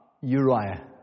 Uriah